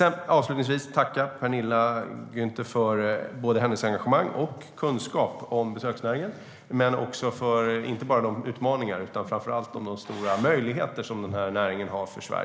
Jag vill avslutningsvis tacka Penilla Gunther för både hennes engagemang och hennes kunskap om besöksnäringen när det gäller inte bara de utmaningar utan framför allt de stora möjligheter som denna näring innebär för Sverige.